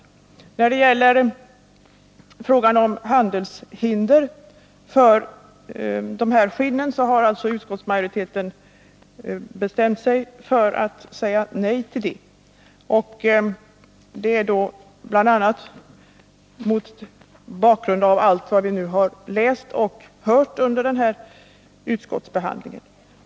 När det gäller frågan om handelshinder för skinnen har utskottsmajoriteten bestämt sig för att säga nej till detta, bl.a. mot bakgrund av allt vad vi har läst och hört under utskottsbehandlingen.